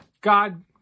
God